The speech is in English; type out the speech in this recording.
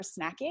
snacking